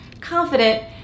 confident